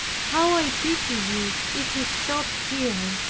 how i pity you if you stop here,